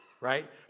right